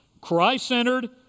Christ-centered